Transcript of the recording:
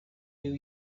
new